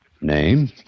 Name